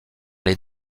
les